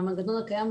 המנגנון הקים,